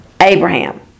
Abraham